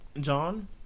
John